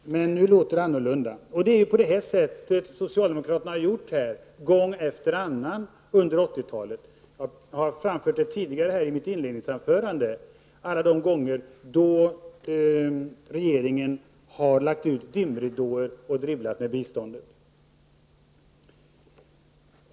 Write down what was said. Men nu låter det annorlunda. Det är på det här sättet socialdemokraterna har gjort gång efter annan under 1980-talet. Jag har framfört det i mitt inledningsanförande. Jag tänker på alla de gånger då regeringen har lagt ut dimridåer och dribblat med biståndet.